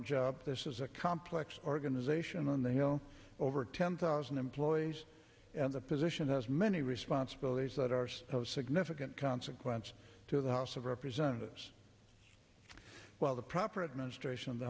job this is a complex organization on the hill over ten thousand employees and the position has many responsibilities that are supposed significant consequence to the house of representatives while the proper administration of the